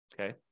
Okay